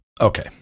Okay